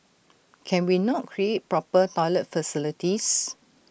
can we not create proper toilet facilities